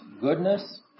goodness